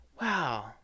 wow